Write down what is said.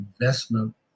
investment